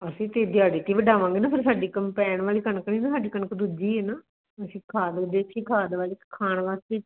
ਅਸੀਂ ਤਾਂ ਦਿਹਾੜੀ 'ਤੇ ਵਡਾਵਾਂਗੇ ਨਾ ਫਿਰ ਸਾਡੀ ਕੰਬਾਇਨ ਵਾਲੀ ਕਣਕ ਨਹੀਂ ਨਾ ਸਾਡੀ ਕਣਕ ਦੂਜੀ ਹੈ ਨਾ ਅਸੀਂ ਖਾਦ ਦੇਸੀ ਖਾਦ ਵਾਲੀ ਖਾਣ ਵਾਸਤੇ